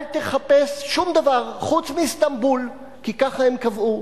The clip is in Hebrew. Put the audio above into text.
אל תחפש שום דבר חוץ מ"איסטנבול", כי ככה הם קבעו.